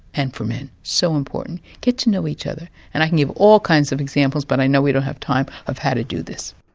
and for men. so important. get to know each other, and i can give all kinds of examples, but i know we don't have time, of how to do this.